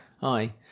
hi